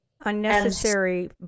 Unnecessary